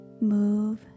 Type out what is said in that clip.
Move